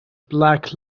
black